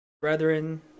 brethren